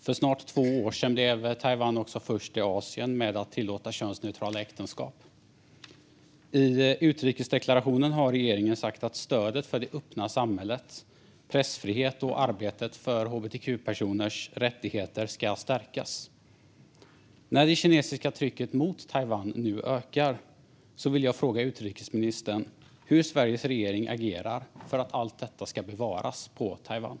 För snart två år sedan blev Taiwan först i Asien med att tillåta könsneutrala äktenskap. I utrikesdeklarationen har regeringen sagt att stödet för det öppna samhället, pressfrihet och arbetet för hbtq-personers rättigheter ska stärkas. När det kinesiska trycket mot Taiwan nu ökar vill jag fråga utrikesministern hur Sveriges regering agerar för att allt detta ska bevaras i Taiwan.